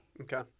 Okay